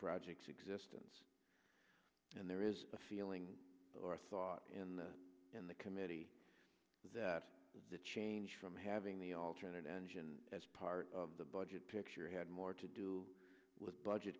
project's existence and there is a feeling or a thought in the in the committee that the change from having the alternate engine as part of the budget picture had more to do with budget